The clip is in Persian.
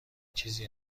چیزی